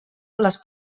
les